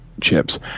chips